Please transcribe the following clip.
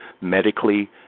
medically